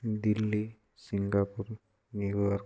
Delhi Singapore New York